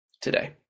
today